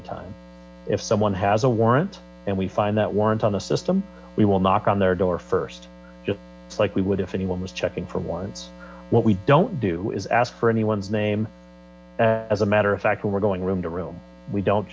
of time if someone has a warrant and we find that warrant on the system we will knock on their door first it's like we would i anyone was checking for once what we don't do is ask for anyone's name as a matter of fact when we're going room to room we don't